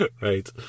right